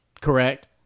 Correct